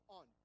on